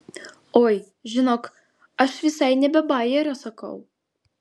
oi žinok aš visai ne be bajerio sakau